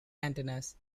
antennas